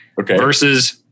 versus